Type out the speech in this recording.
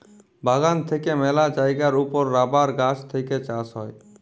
বাগান থেক্যে মেলা জায়গার ওপর রাবার গাছ থেক্যে চাষ হ্যয়